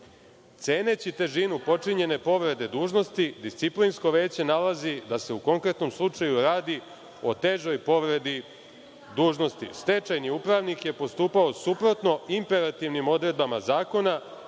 Ceneći težinu počinjene povrede dužnosti, disciplinsko veće nalazi da se u konkretnom slučaju radi o težoj povredi dužnosti. Stečajni upravnik je postupao suprotno imperativnim odredbama zakona